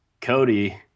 Cody